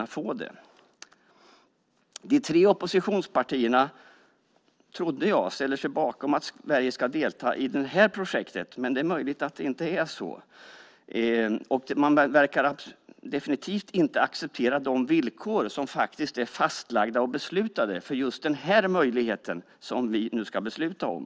Jag trodde att de tre oppositionspartierna ställer sig bakom att Sverige deltar i detta projekt, men det är möjligt att det inte är så. Man verkar definitivt inte acceptera de villkor som faktiskt är fastlagda och beslutade för just den möjlighet som vi nu ska besluta om.